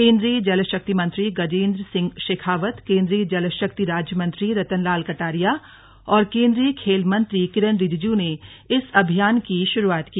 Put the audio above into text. केंद्रीय जल शक्ति मंत्री गजेंद्र सिंह शेखावत केंद्रीय जल शक्ति राज्य मंत्री रतनलाल कटारिया और केंद्रीय खेल मंत्री किरेन रिजीजू ने इस अभियान की शुरुआत की